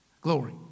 Glory